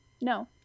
No